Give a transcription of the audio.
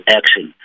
action